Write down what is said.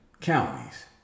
counties